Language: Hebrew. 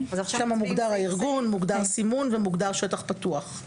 שם מוגדר הארגון, מוגדר סימון ומוגדר שטח פתוח.